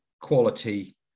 quality